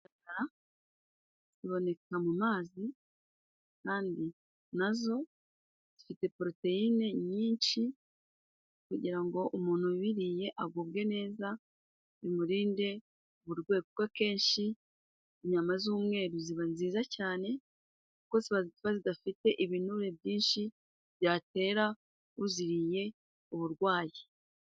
Indagara, ziboneka mu mazi kandi na zo zifite poroteyine nyinshi kugira ngo umuntu ubiriye agubwe neza, bimurinde kuko akenshi inyama z'umweru ziba nziza cyane kuko ziba zidafite ibinure byinshi byatera uziriye uburwayi.